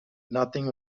nothing